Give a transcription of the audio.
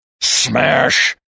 Smash